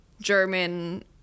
German